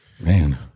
Man